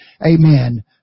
amen